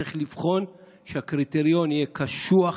צריך לבחון שהקריטריון יהיה קשוח,